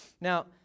Now